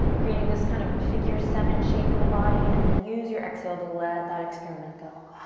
creating this kind of figure seven shape in the body. and then use your exhale to let that experiment go.